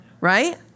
Right